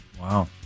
Wow